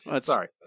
Sorry